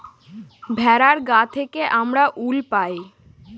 ভেড়ার গা থেকে আমরা উল পাই